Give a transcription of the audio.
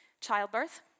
childbirth